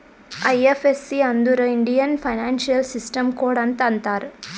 IFSC ಅಂದುರ್ Indian financial system code ಅಂತ್ ಅಂತಾರ್